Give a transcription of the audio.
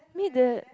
made the